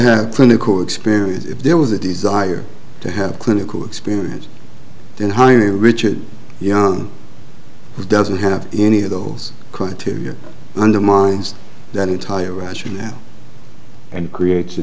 have clinical experience if there was a desire to have clinical experience then hire a richard young who doesn't have any of the holes criteria undermines that entire rationale and creates a